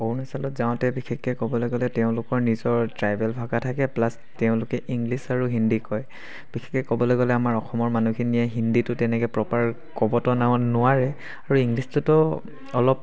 অৰুণাচলত যাওঁতে বিশেষকৈ ক'বলৈ গ'লে তেওঁলোকৰ নিজৰ ট্ৰাইবেল ভাষা থাকে প্লাছ তেওঁলোকে ইংলিছ আৰু হিন্দী কয় বিশেষকৈ ক'বলৈ গ'লে আমাৰ অসমৰ মানুহখিনিয়ে হিন্দীটো তেনেকৈ প্ৰপাৰ ক'বতো ন নোৱাৰে আৰু ইংলিছটোতো অলপ